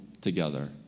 together